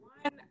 one